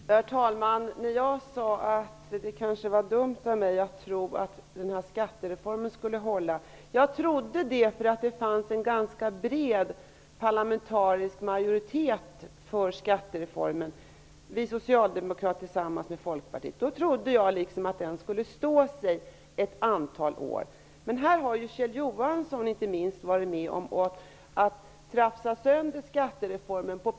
Herr talman! Jag sade att det kanske var dumt av mig att tro att skattereformen skulle hålla. Jag trodde att den skulle hålla därför att det fanns en ganska bred parlamentarisk majoritet för den -- vi socialdemokrater tillsammans med Folkpartiet. Jag trodde därför att skattereformen skulle stå sig ett antal år. Men inte minst Kjell Johansson har ju varit med om att på punkt efter punkt rafsa sönder skattereformen.